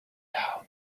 down